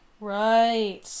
Right